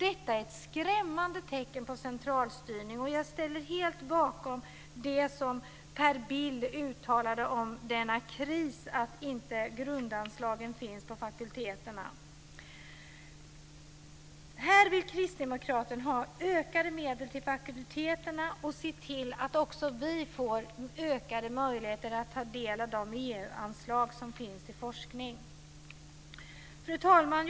Detta är skrämmande tecken på centralstyrning. Jag ställer mig helt bakom det som Per Bill uttalade om denna kris med att grundanslagen inte finns på fakulteterna. Här vill Kristdemokraterna ha ökade medel till fakulteterna och se till att också vi får ökade möjligheter att ta vår del av de EU-anslag som finns till forskning. Fru talman!